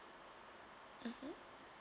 mmhmm